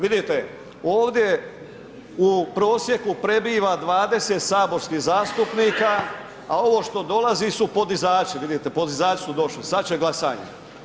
Vidite ovdje u prosjeku prebiva 20 saborskih zastupnika, a ovo što dolazi su podizači, vidite podizači su došli, sada će glasanje.